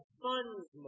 funds